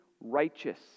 righteous